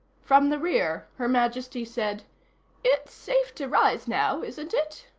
from the rear, her majesty said it's safe to rise now, isn't it?